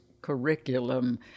curriculum